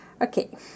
Okay